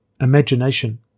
Imagination